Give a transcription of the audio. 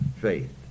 faith